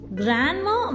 grandma